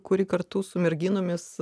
kuri kartu su merginomis